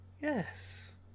Yes